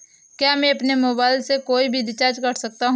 क्या मैं अपने मोबाइल से कोई भी रिचार्ज कर सकता हूँ?